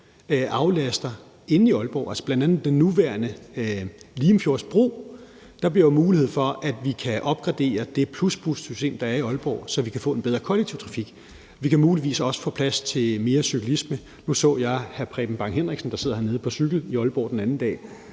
trafikken inde i Aalborg, altså bl.a. den nuværende Limfjordsbro. Der bliver jo mulighed for, at vi kan opgradere det plusbussystem, der er i Aalborg, så vi kan få en bedre kollektiv trafik. Vi kan muligvis også få plads til mere cyklisme. Nu så jeg hr. Preben Bang Henriksen, der sidder hernede, på cykel i Aalborg den anden dag,